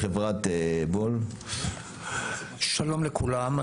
שלום לכולם,